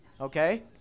okay